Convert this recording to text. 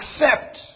accept